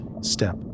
step